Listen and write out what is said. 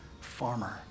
farmer